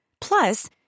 Plus